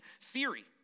theory